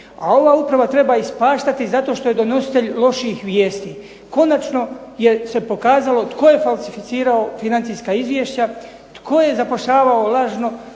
A ova uprava treba ispaštati zato što je donositelj loših vijesti. Konačno je se pokazalo tko je falsificirao financijska izvješća, tko je zapošljavao lažno,